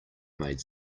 made